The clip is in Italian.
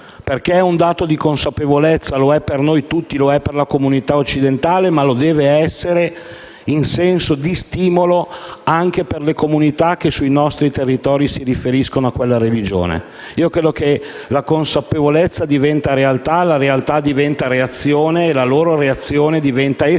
perché è un dato di consapevolezza; lo è per noi tutti, per la comunità occidentale, ma lo deve essere, in senso di stimolo, anche per le comunità che sui nostri territori si riferiscono a quella religione. La consapevolezza diventa realtà e la realtà diventa reazione e la loro reazione diventa essenziale